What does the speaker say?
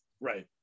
right